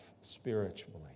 spiritually